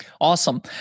Awesome